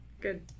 Good